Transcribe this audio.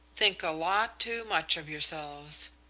think a lot too much of yourselves.